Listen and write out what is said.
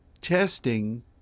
testing